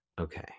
Okay